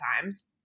times